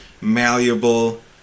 malleable